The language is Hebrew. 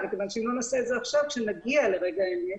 הוא ריכז את הדיון סביב עניין המאגר הביומטרי.